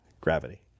gravity